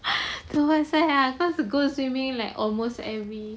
tu ah sayang cause go swimming like almost every